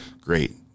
great